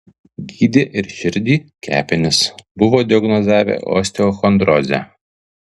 gydė ir širdį kepenis buvo diagnozavę osteochondrozę